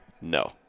No